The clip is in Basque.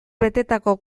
betetako